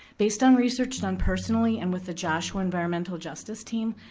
based on research done personally and with the joshua environmental justice team,